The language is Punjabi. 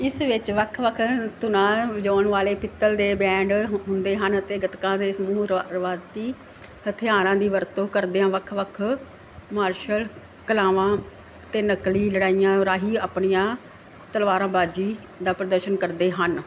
ਇਸ ਵਿੱਚ ਵੱਖ ਵੱਖ ਧੁਨਾਂ ਵਜਾਉਣ ਵਾਲੇ ਪਿੱਤਲ ਦੇ ਬੈਂਡ ਹੁੰਦੇ ਹਨ ਅਤੇ ਗੱਤਕਾ ਦੇ ਸਮੂਹ ਰਿਵਾਇਤੀ ਹਥਿਆਰਾਂ ਦੀ ਵਰਤੋਂ ਕਰਦਿਆਂ ਵੱਖ ਵੱਖ ਮਾਰਸ਼ਲ ਕਲਾਵਾਂ ਤੇ ਨਕਲੀ ਲੜਾਈਆਂ ਰਾਹੀਂ ਆਪਣੀਆਂ ਤਲਵਾਰਾਬਾਜ਼ੀ ਦਾ ਪ੍ਰਦਰਸ਼ਨ ਕਰਦੇ ਹਨ